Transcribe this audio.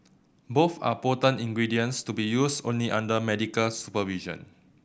both are potent ingredients to be used only under medical supervision